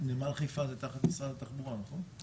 נמל חיפה זה תחת משרד התחבורה נכון?